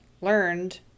learned